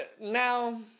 now